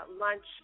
lunch